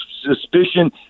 suspicion